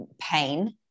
pain